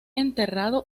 enterrado